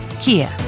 Kia